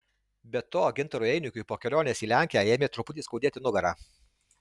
be to gintarui einikiui po kelionės į lenkiją ėmė truputį skaudėti nugarą